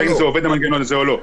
--- אם המנגנון הזה עובר או לא.